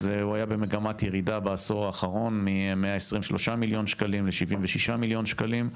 הוא היה במגמת ירידה בעשור האחרון מ-123 מיליון שקלים ל-76 מיליון שקלים,